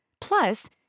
Plus